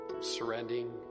surrendering